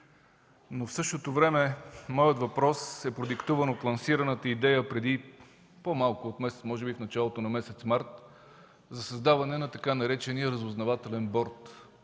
около месец. Моят въпрос е продиктуван от лансираната идея преди по-малко от месец, може би в началото на месец март, за създаване на така наречения „Разузнавателен борд